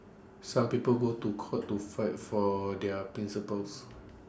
some people go to court to fight for their principles